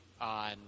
on